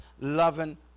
loving